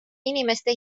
inimeste